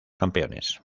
campeones